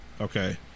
Okay